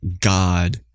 God